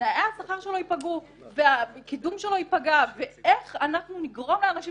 תנאי השכר שלו ייפגעו והקידום שלו ייפגע ואיך אנחנו נגרום לאנשים